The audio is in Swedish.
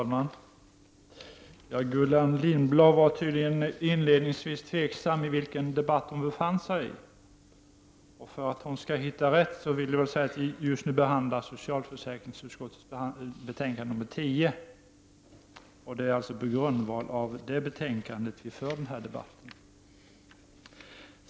Fru talman! Gullan Lindblad var tydligen tveksam om i vilken debatt hon deltog. För att hon skall hitta rätt vill jag säga att vi just nu behandlar socialförsäkringsutskottets betänkande nr 10. Det är på grundval av det betänkandet som vi för denna debatt.